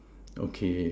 okay